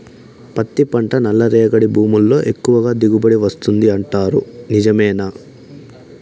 పత్తి పంట నల్లరేగడి భూముల్లో ఎక్కువగా దిగుబడి వస్తుంది అంటారు నిజమేనా